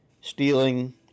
stealing